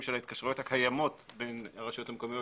ההתקשרויות הקיימות בין הרשויות המקומיות